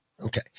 Okay